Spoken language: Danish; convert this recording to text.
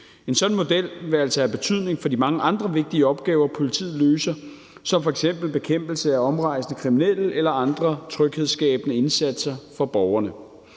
En sådan model vil altså have betydning for de mange andre vigtige opgaver, politiet løser, som f.eks. bekæmpelse af omrejsende kriminelle eller andre tryghedsskabende indsatser for borgerne.